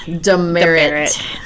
demerit